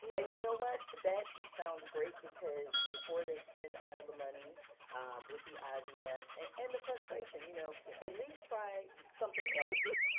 and you know what, that sounds great because before they spend all the money with the ivf the ivf and the frustration you know yeah at least try something else.